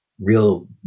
real